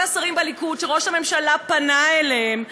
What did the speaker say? כל השרים בליכוד שראש הממשלה פנה אליהם,